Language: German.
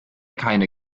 keine